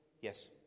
Yes